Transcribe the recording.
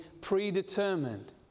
predetermined